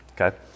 okay